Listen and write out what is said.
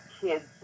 kids